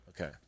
Okay